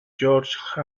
george